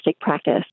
practice